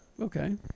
Okay